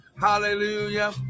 hallelujah